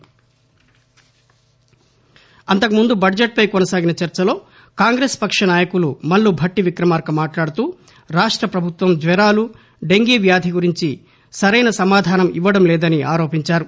MSL యాడ్ budget అంతకుముందు బద్జెట్పై కొనసాగిన చర్చలో కాంగ్రెస్ పక్ష నాయకులు మల్లు భట్టి విక్రమార్క మాట్లాడుతూ రాష్ట ప్రభుత్వం జ్వరాలు డెంగీ వ్యాధి గురించి సరైన సమాధానం ఇవ్వడం లేదని ఆరోపించారు